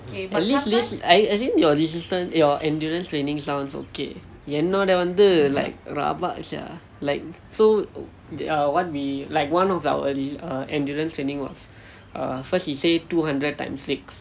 at least this at least as in your resistance your endurance training sounds okay என்னோட வந்து:ennoda vanthu like rabak sia like so err what we like one of our re~ err endurance training was err first he say two hundred times six